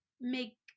make